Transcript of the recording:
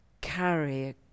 carry